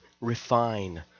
refine